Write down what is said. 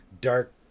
dark